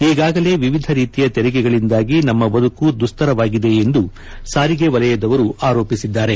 ಈಗಾಗಲೇ ವಿವಿಧ ರೀತಿಯ ತೆರಿಗೆಗಳಿಂದಾಗಿ ನಮ್ಮ ಬದುಕು ದುಸ್ತರವಾಗಿದೆ ಎಂದು ಸಾರಿಗೆ ವಲಯದವರು ಆರೋಪಿಸಿದ್ದಾರೆ